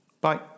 Bye